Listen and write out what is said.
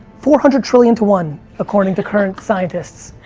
four hundred trillion to one according to current scientists.